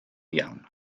iawn